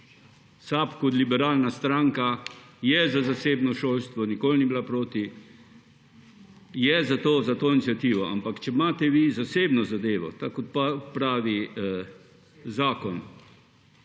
SAB kot liberalna stranka je za zasebno šolstvo, nikoli ni bila proti. Je za to iniciativo. Ampak če imate vi zasebno zadevo, tako kot pravi zakon